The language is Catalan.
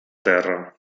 terra